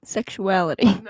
Sexuality